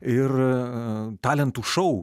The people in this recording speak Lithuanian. ir talentų šou